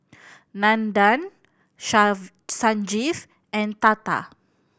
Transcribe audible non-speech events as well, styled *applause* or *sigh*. Nandan *unintelligible* Sanjeev and Tata